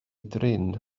drin